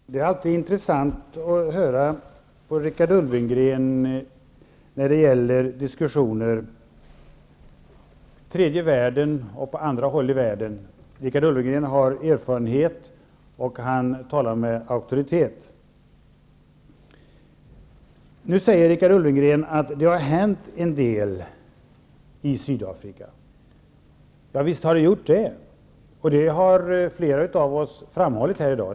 Herr talman! Det är alltid intressant att höra Richard Ulfvengren i diskussioner om tredje världen. Richard Ulfvengren har erfarenhet och talar med auktoritet. Richard Ulfvengren säger att det har hänt en hel del i Sydafrika. Visst har det gjort det, det har fler av oss framhållit här i dag.